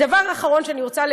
ודבר אחרון שאני רוצה,